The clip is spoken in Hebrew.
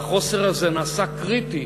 והחוסר הזה נעשה קריטי